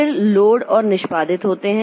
फिर लोड और निष्पादित होते हैं